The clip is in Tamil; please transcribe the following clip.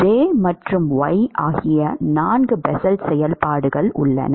J மற்றும் Y ஆகிய நான்கு பெசல் செயல்பாடுகள் உள்ளன